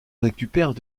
récupère